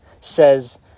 says